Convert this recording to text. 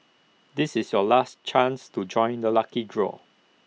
this is your last chance to join the lucky draw